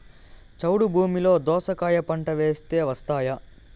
చౌడు భూమిలో దోస కాయ పంట వేస్తే వస్తాయా?